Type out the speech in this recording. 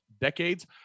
decades